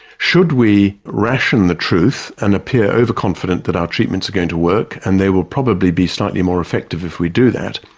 should we ration the truth and appear overconfident that our treatments are going to work and they will probably be slightly more effective if we do that,